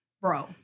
bro